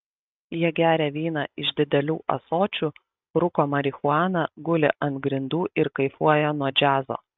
jie geria vyną iš didelių ąsočių rūko marihuaną guli ant grindų ir kaifuoja nuo džiazo